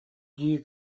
дии